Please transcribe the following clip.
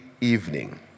evening